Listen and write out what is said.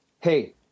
Hey